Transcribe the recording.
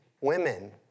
women